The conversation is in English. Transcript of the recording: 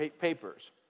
papers